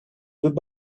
good